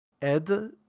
Ed